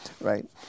right